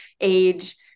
age